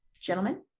Gentlemen